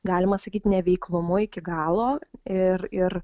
galima sakyt neveiklumu iki galo ir ir